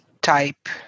type